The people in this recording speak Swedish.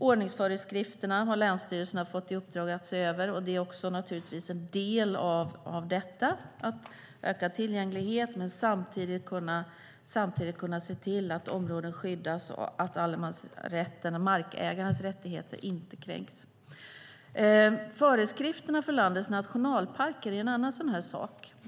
Ordningsföreskrifterna har länsstyrelserna fått i uppdrag att se över, och det är också en del i arbetet med att öka tillgängligheten och samtidigt se till att områden skyddas och att allemansrätten och markägarens rättigheter inte kränks. Föreskrifterna för landets nationalparker är en annan sådan sak.